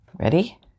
Ready